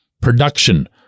production